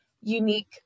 unique